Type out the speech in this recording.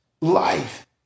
life